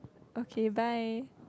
okay bye